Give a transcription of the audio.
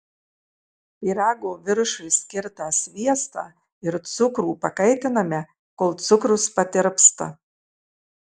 pyrago viršui skirtą sviestą ir cukrų pakaitiname kol cukrus patirpsta